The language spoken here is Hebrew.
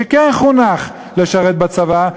שכן חונך לשרת בצבא,